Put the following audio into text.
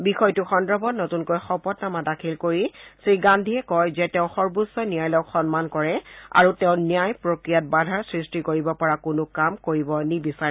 বিষয়টো সন্দৰ্ভত নতূনকৈ শপতনামা দাখিল কৰি শ্ৰী গান্ধীয়ে কয় যে তেওঁ সৰ্বোচ্চ ন্যায়ালয়ক সন্মান কৰে আৰু তেওঁ ন্যায় প্ৰক্ৰিয়াত বাধাৰ সৃষ্টি কৰিব পৰা কোনো কাম কৰিব নিবিচাৰে